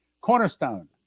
Cornerstone